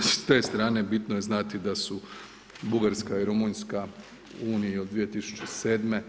S te strane bitno je znati da su Bugarska i Rumunjska u Uniji od 2007.